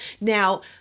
Now